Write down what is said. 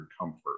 comfort